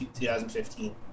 2015